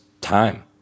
time